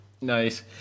Nice